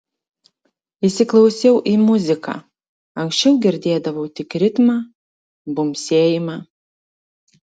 įsiklausiau į muziką anksčiau girdėdavau tik ritmą bumbsėjimą